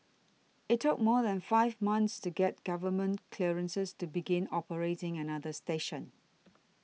it took more than five months to get government clearances to begin operating another station